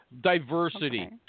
Diversity